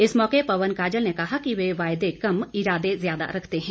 इस मौके पवन काजल ने कहा कि वे वायदे कम इरादे ज्यादा रखते है